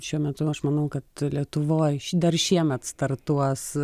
šiuo metu aš manau kad lietuvoj ši dar šiemet startuos